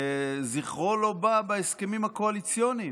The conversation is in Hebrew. שזכרו לא בא בהסכמים הקואליציוניים,